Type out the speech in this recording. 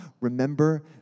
Remember